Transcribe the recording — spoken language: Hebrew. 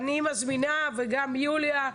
אני מזמינה וגם יוליה,